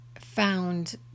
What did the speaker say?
found